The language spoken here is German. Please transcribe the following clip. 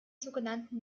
sogenannten